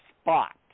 spot